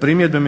primjedbe